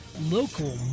local